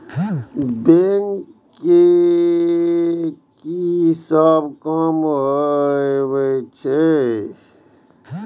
Bank के की सब काम होवे छे?